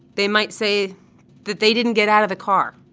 they might say that they didn't get out of the car.